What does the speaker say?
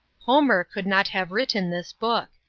homer could not have written this book,